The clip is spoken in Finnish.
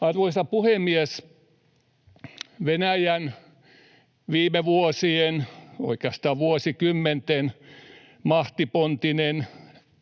Arvoisa puhemies! Venäjän viime vuosien, oikeastaan vuosikymmenten, mahtipontinen